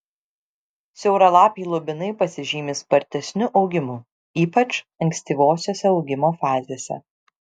siauralapiai lubinai pasižymi spartesniu augimu ypač ankstyvosiose augimo fazėse